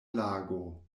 lago